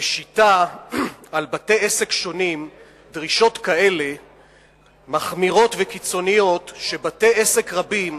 משיתה על בתי-עסק שונים דרישות כאלה מחמירות וקיצוניות שבתי-עסק רבים,